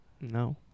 No